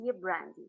Brandy